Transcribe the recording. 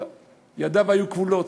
טוב, ידיו היו כבולות.